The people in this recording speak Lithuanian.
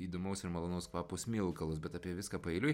įdomaus ir malonaus kvapo smilkalus bet apie viską paeiliui